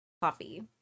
coffee